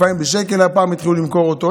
פעם בשקל יכלו למכור אותו,